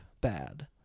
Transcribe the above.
Bad